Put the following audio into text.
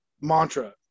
mantra